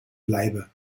bleibe